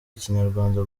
ikinyarwanda